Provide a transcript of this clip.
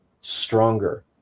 stronger